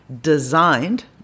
designed